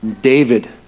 David